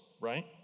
Right